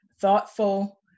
thoughtful